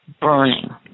burning